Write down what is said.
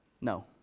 No